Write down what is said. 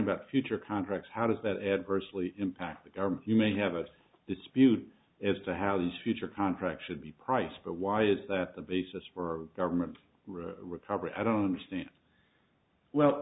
about future contracts how does that adversely impact the government you may have a dispute as to how these future contracts should be priced but why is that the basis for government recovery i don't understand well